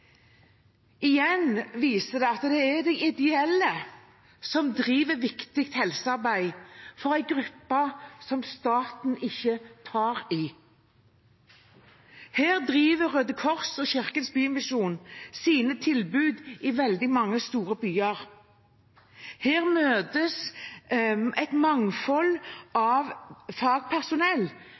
Igjen vises det at det er de ideelle som driver et viktig helsearbeid for en gruppe som staten ikke tar i. Her driver Røde Kors og Kirkens Bymisjon sine tilbud i veldig mange store byer. Her møter et mangfold av fagpersonell